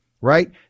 right